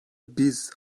biz